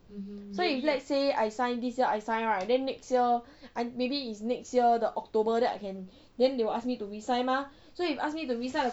so if let's say I this year I sign right then next year maybe it's next year the october then I can then they will ask me to re-sign mah so if ask me to re-sign